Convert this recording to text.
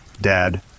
Dad